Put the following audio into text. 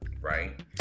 right